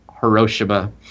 Hiroshima